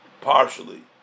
partially